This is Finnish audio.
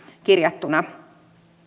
kirjattuna